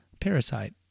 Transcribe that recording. parasite